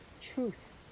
truth